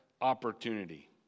opportunity